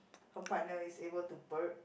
her partner is able to burp